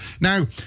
Now